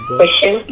question